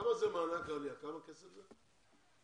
כמה כסף זה מענק עלייה?